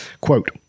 Quote